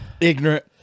Ignorant